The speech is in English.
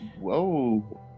Whoa